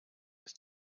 ist